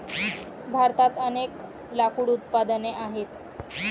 भारतात अनेक लाकूड उत्पादने आहेत